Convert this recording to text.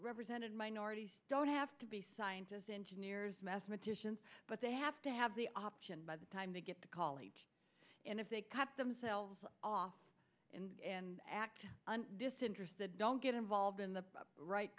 represented minorities don't have to be scientists engineers mathematicians but they have to have the option by the time they get to college and if they cut themselves off and act disinterested don't get involved in the right